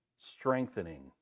strengthening